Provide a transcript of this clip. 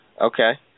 Okay